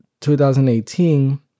2018